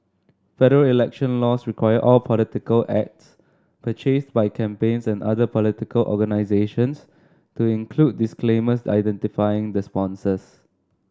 federal election laws require all political ads purchased by campaigns and other political organisations to include disclaimers identifying the sponsors